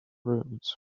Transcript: rooms